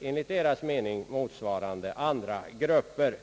enligt dess mening motsvarande andra grupper.